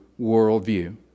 worldview